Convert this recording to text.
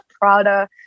prada